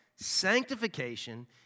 Sanctification